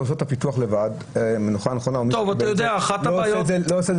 אני לא אשתמש